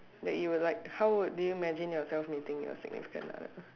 that you would like how you you imagine yourself meeting your significant other